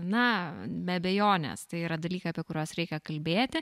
na be abejonės tai yra dalykai apie kuriuos reikia kalbėti